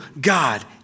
God